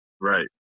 Right